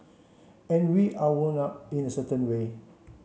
and we are wound up in a certain way